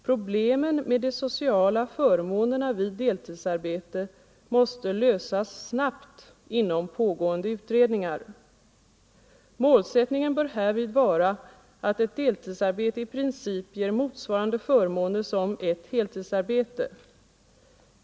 Problemen med de sociala förmånerna vid deltidsarbete måste lösas snabbt inom pågående utredningar. Målsättningen bör härvid vara att ett deltidsarbete i princip ger motsvarande förmåner som ett heltidsarbete.